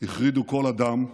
החרידו כל אדם,